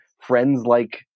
friends-like